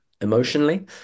emotionally